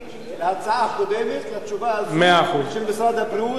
בין התשובה של שר הפנים על ההצעה הקודמת,